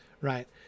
right